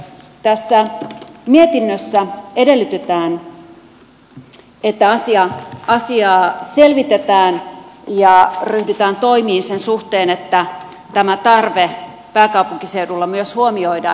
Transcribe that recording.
tässä mietinnössä edellytetään että asiaa selvitetään ja ryhdytään toimiin sen suhteen että tämä tarve myös pääkaupunkiseudulla huomioidaan